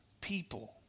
people